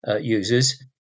users